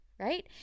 Right